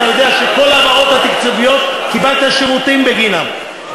אתה יודע שכל ההעברות התקציביות קיבלת שירותים בגינן,